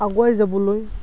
আগুৱাই যাবলৈ